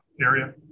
area